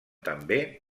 també